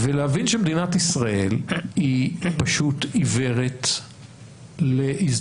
צריך להבין שמדינת ישראל היא עיוורת להזדמנויות,